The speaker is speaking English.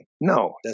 No